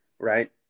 Right